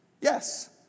Yes